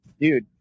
dude